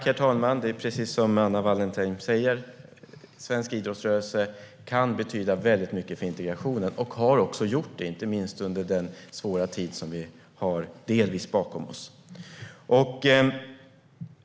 Herr talman! Det är precis som Anna Wallentheim säger, att svensk idrottsrörelse kan betyda väldigt mycket för integrationen. Den har också gjort det, inte minst under den svåra tid som vi delvis har bakom oss.